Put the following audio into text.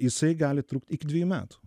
jisai gali trukt iki dvejų metų